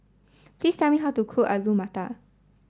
please song how to cook Alu Matar